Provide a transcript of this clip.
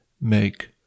make